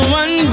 one